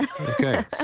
okay